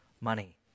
money